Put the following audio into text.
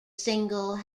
single